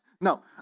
No